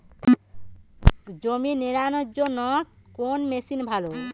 জমি নিড়ানোর জন্য কোন মেশিন ভালো?